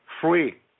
free